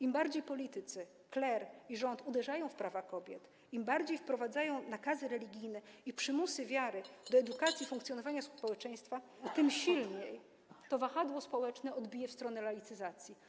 Im bardziej politycy, kler i rząd uderzają w prawa kobiet, im bardziej wprowadzają nakazy religijne i przymus wiary do edukacji i funkcjonowania społeczeństwa, tym silniej to wahadło społeczne odbije w stronę laicyzacji.